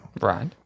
right